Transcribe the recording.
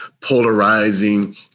polarizing